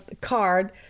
card